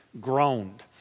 groaned